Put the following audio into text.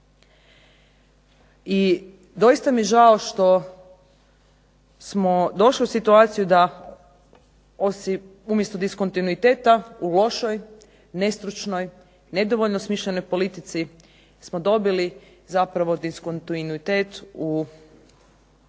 I doista mi je žao što smo došli u situaciju da umjesto diskontinuiteta u lošoj, nestručnoj, nedovoljno smišljenoj politici smo dobili zapravo diskontinuitet u onom